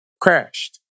crashed